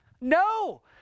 no